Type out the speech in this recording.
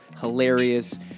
hilarious